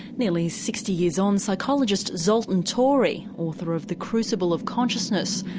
nearly sixty years on, psychologist zoltan torey, author of the crucible of consciousness,